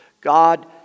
God